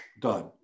done